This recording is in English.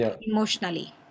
emotionally